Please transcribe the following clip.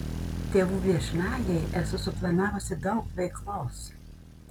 tėvų viešnagei esu suplanavusi daug veiklos